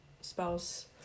spouse